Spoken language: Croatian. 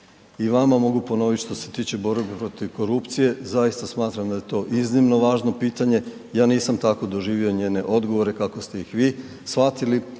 I vama mogu ponoviti, što se tiče borbe protiv korupcije, zaista smatram da je to iznimno važno pitanje, ja nisam tako doživio njene odgovore kako ste ih vi shvatili,